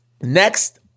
Next